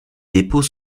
dépôts